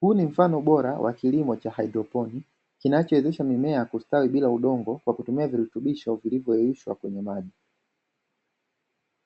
huu ni mfano bora wa kilimo cha haidroponi, kinachowezesha mimea kustawi bila udongo kwa kutumia virutubisho vilivyoyeyushwa kwenye maji.